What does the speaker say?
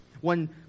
One